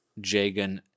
Jagan